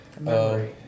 Memory